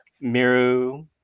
Miru